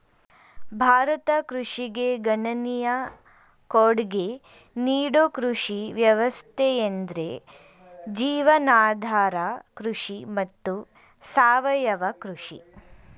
ಭಾರತ ಕೃಷಿಗೆ ಗಣನೀಯ ಕೊಡ್ಗೆ ನೀಡೋ ಕೃಷಿ ವ್ಯವಸ್ಥೆಯೆಂದ್ರೆ ಜೀವನಾಧಾರ ಕೃಷಿ ಮತ್ತು ಸಾವಯವ ಕೃಷಿ